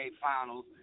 Finals